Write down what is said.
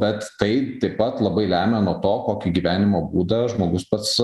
bet tai taip pat labai lemia nuo to kokį gyvenimo būdą žmogus pats